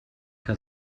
que